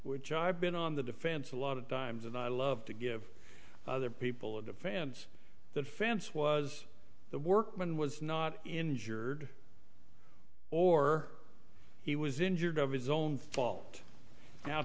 which i've been on the defense a lot of times and i love to give other people a defense that fence was the workman was not injured or he was injured of his own fault now